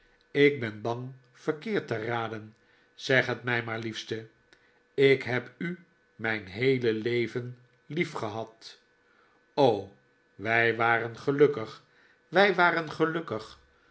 ik ben bang verkeerd te raden zeg het mij maar liefste ik heb u mijn heele leven liefgehad o wij waren gelukkig wij waren gelukkig